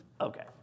Okay